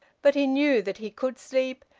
but he knew that he could sleep,